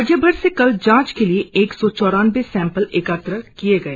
राज्यभर से कल जांच के लिए एक सौ चौरानबे सैंपल एकत्र किये गए